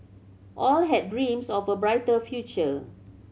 all had dreams of a brighter future